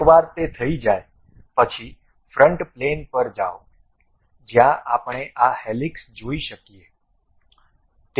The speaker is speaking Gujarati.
એકવાર તે થઈ જાય પછી ફ્રન્ટ પ્લેન પર જાઓ જ્યાં આપણે આ હેલિક્સ જોઈ શકીએ